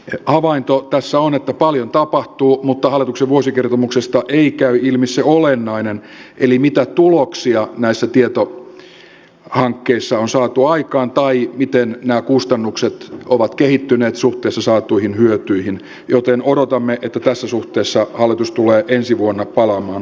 havainto tässä on että paljon tapahtuu mutta hallituksen vuosikertomuksesta ei käy ilmi se olennainen eli mitä tuloksia näissä tietohankkeissa on saatu aikaan tai miten nämä kustannukset ovat kehittyneet suhteessa saatuihin hyötyihin joten odotamme että tässä suhteessa hallitus tulee ensi vuonna palaamaan asiaan